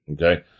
Okay